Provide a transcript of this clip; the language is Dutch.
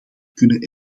kunnen